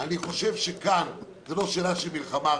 אני חושב שכאן זו לא שאלה של מלחמה,